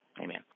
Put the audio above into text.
Amen